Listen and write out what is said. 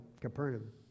Capernaum